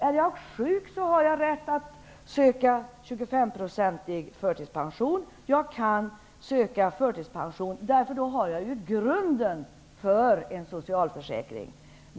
Om man är sjuk har man rätt att söka 25-procentig förtidspension, eftersom grunden då finns för att använda sig av en socialförsäkring.